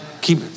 Keep